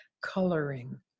coloring